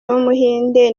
w’umuhinde